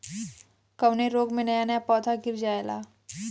कवने रोग में नया नया पौधा गिर जयेला?